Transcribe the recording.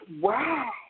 Wow